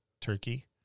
turkey